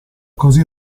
così